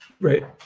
right